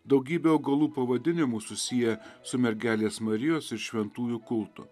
daugybė augalų pavadinimų susiję su mergelės marijos ir šventųjų kultu